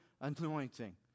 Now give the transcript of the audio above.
anointing